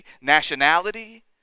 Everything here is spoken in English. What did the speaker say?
nationality